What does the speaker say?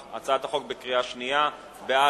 הצעת החוק עברה בקריאה שנייה פה אחד.